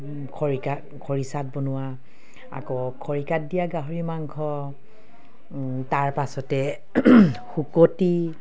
খৰিকাত খৰিচাত বনোৱা আকৌ খৰিকাত দিয়া গাহৰি মাংস তাৰপাছতে শুকতি